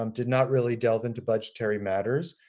um did not really delve into budgetary matters.